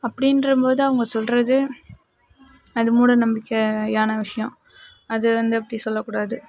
அப்டின்றபோது அவங்க சொல்வது அது மூடநம்பிக்கையான விஷ்யம் அது வந்து அப்படி சொல்லக்கூடாது